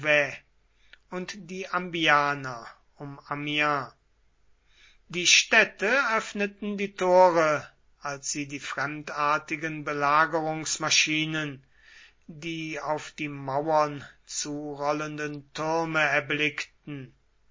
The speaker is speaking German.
und die ambianer um amiens die städte öffneten die tore als sie die fremdartigen belagerungsmaschinen die auf die mauern zurollenden türme erblickten